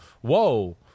whoa